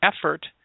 effort